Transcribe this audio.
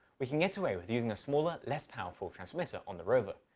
we can get away with using a smaller less powerful transmitter on the rover,